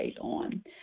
on